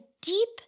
deep